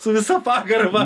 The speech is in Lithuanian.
su visa pagarba